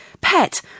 pet